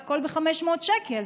והכול ב-500 שקל,